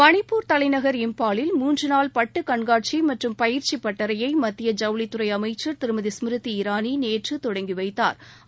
மணிப்பூர் தலைநகர் இம்பாலில் மூன்று நாள் பட்டு கண்காட்சி மற்றும் பயிற்சி பட்டறையை மத்திய ஜவுளித் துறை அமைச்சா் திருமதி ஸ்மிருதி இராணி நேற்று தொடங்கி வைத்தாா்